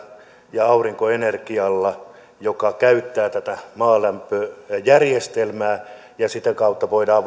ja aurinkoenergiaa eli se käyttää tätä maalämpöjärjestelmää ja sitä kautta voidaan